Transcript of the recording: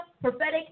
Prophetic